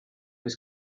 was